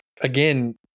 again